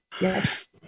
Yes